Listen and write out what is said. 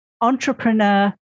entrepreneur